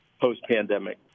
post-pandemic